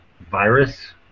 virus